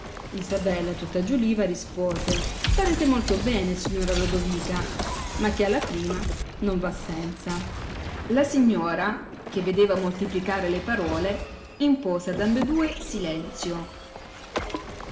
isabella tutta giuliva rispose farete molto bene signora lodovica ma chi ha la prima non va senza la signora che vedeva moltiplicare le parole impose ad ambedue silenzio